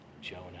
Jonah